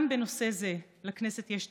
בנושא זה גם לכנסת יש תפקיד,